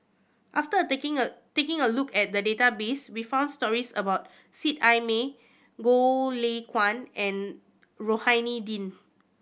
after taking a taking a look at the database we found stories about Seet Ai Mee Goh Lay Kuan and Rohani Din